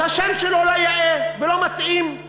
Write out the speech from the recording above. אז השם שלו לא יאה ולא מתאים.